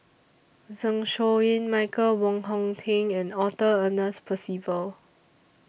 Zeng Shouyin Michael Wong Hong Teng and Arthur Ernest Percival